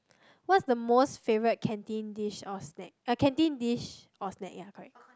what's the most favourite canteen dish or snack a canteen dish or snack ya correct